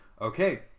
okay